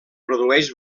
produeix